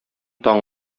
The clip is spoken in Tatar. таң